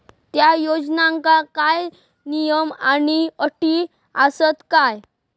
त्या योजनांका काय नियम आणि अटी आसत काय?